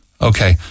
Okay